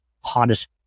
hottest